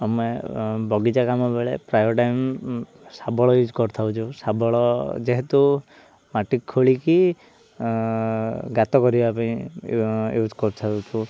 ଆମେ ବଗିଚା କାମ ବେଳେ ପ୍ରାୟ ଟାଇମ୍ ଶାବଳ ୟୁଜ୍ କରିଥାଉଛୁ ଶାବଳ ଯେହେତୁ ମାଟି ଖୋଳିକି ଗାତ କରିବା ପାଇଁ ୟୁଜ୍ କରିଥାଉଛୁ